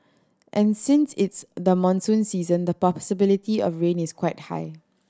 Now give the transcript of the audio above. and since it's the monsoon season the possibility of rain is quite high